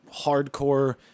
hardcore –